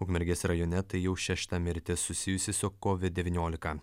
ukmergės rajone tai jau šešta mirtis susijusi su covid devyniolika